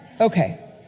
Okay